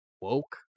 woke